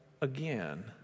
again